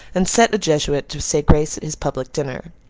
and set a jesuit to say grace at his public dinner.